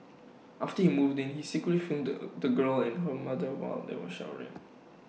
after he moved in he secretly filmed the girl and her mother while they were showering